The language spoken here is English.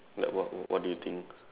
like what what do you think